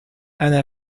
أنا